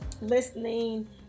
listening